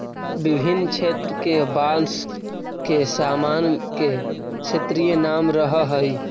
विभिन्न क्षेत्र के बाँस के सामान के क्षेत्रीय नाम रहऽ हइ